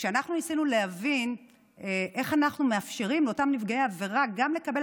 כשאנחנו ניסינו להבין איך אנחנו מאפשרים לאותם נפגעי עבירה גם לקבל